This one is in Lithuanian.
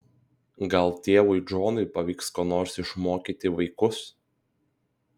gal tėvui džonui pavyks ko nors išmokyti vaikus